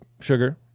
sugar